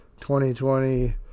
2020